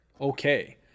okay